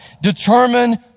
Determine